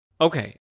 Okay